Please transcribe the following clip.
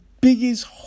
biggest